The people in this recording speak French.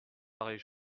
pareille